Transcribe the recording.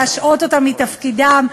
להשעות אותם מתפקידם: